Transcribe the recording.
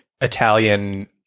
Italian